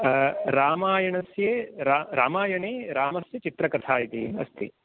रामायणस्ये रा रामायणे रामस्य चित्रकथा इति अस्ति